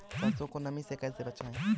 सरसो को नमी से कैसे बचाएं?